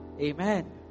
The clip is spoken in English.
Amen